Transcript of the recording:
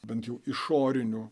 bent jau išorinių